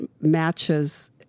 matches